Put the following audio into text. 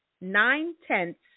nine-tenths